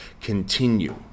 continue